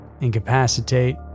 incapacitate